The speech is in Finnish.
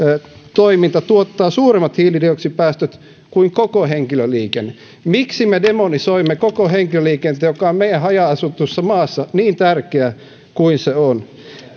toiminta tuottavat suuremmat hiilidioksidipäästöt kuin koko henkilöliikenne miksi me demonisoimme koko henkilöliikenteen joka on meidän haja asutussa maassa niin tärkeä kuin se on